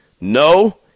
no